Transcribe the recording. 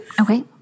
Okay